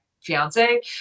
fiance